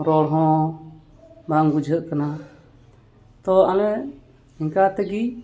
ᱨᱚᱲ ᱦᱚᱸ ᱵᱟᱝ ᱵᱩᱡᱷᱟᱹᱜ ᱠᱟᱱᱟ ᱛᱚ ᱟᱞᱮ ᱤᱱᱠᱟᱹ ᱛᱮᱜᱮ